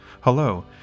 Hello